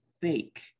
fake